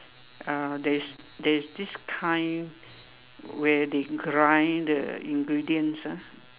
uh there is there is this kind where they grinds the ingredients ah